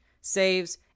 saves